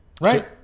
right